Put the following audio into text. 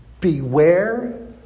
Beware